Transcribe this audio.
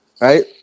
Right